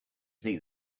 see